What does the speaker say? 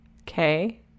okay